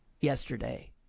yesterday